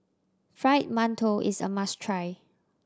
Fried Mantou is a must try